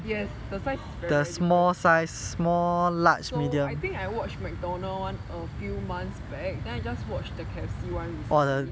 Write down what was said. yes the size is very very different so I think I watched the mcdonald one a few months back then I just watched the K_F_C one recently